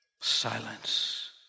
Silence